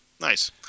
Nice